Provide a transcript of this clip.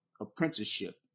apprenticeship